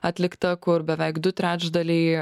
atlikta kur beveik du trečdaliai